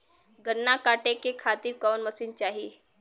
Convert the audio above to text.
गन्ना कांटेके खातीर कवन मशीन चाही?